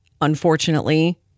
unfortunately